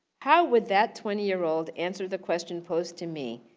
how would that twenty year old answer the question post to me,